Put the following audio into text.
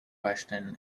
question